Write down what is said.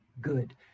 good